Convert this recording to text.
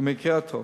במקרה הטוב.